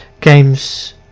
games